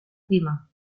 cima